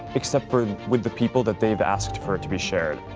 except for with the people that they've asked for it to be shared.